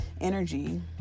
energy